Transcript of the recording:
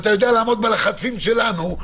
ואתה יודע לעמוד בלחצים שלנו,